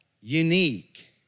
unique